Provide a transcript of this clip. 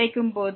அதாவது −Δy